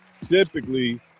typically